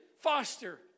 Foster